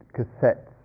cassettes